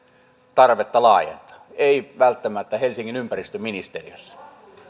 tarvetta laajentaa ei välttämättä helsingin ympäristöministeriössä